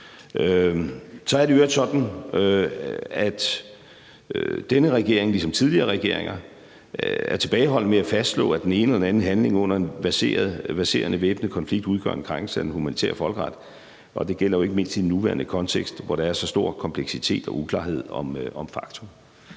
Så er det i øvrigt sådan, at denne regering ligesom tidligere regeringer er tilbageholdende med at fastslå, at den ene eller anden handling under en verserende væbnet konflikt udgør en krænkelse af den humanitære folkeret, og det gælder jo ikke mindst i den nuværende kontekst, hvor der er så stor kompleksitet og uklarhed om faktum.